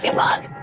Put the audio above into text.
and lot